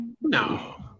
No